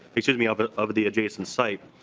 excuse me of ah of the adjacent site.